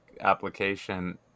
application